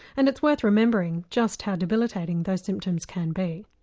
and it's worth remembering just how debilitating those symptoms can be.